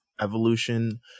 evolution